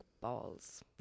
balls